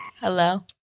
Hello